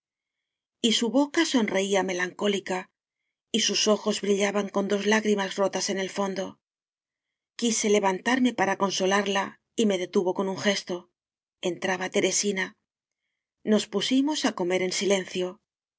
su boca sonreía melancólica y sus ojos brillaban con dos lágrimas rotas en el fondo quise levantarme paratconsolarla y me de tuvo con un gesto entraba teresina nos pusimos á comer en silencio